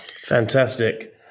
Fantastic